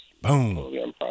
Boom